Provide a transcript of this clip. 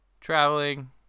traveling